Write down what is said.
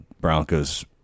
Broncos